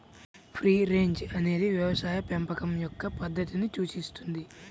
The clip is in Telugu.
ఫ్రీ రేంజ్ అనేది వ్యవసాయ పెంపకం యొక్క పద్ధతిని సూచిస్తుంది